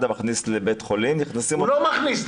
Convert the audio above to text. מכניס לבית חולים נכנסים עוד --- הוא לא מכניס.